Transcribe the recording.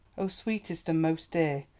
oh, sweetest and most dear!